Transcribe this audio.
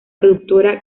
productora